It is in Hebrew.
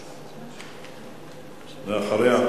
ואחריו,